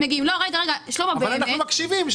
אבל אנחנו מקשיבים.